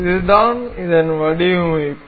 இதுதான் இதன் வடிவமைப்பு